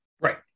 Right